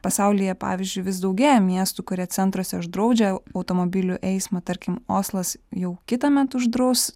pasaulyje pavyzdžiui vis daugėja miestų kurie centruose uždraudžia automobilių eismą tarkim oslas jau kitąmet uždraus